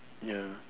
ya